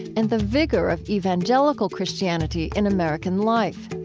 and the vigor of evangelical christianity in american life.